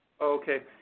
Okay